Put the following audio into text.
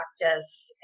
practice